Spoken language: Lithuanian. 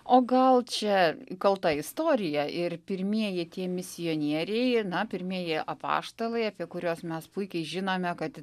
o gal čia kalta istorija ir pirmieji tie misionieriai na pirmieji apaštalai apie kuriuos mes puikiai žinome kad